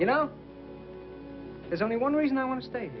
you know there's only one reason i want to sta